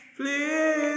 please